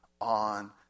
on